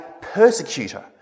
persecutor